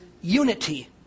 unity